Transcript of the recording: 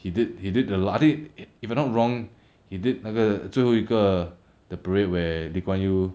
he did he did a lot I think if I'm not wrong he did 那个最后一个 the parade where lee kuan yew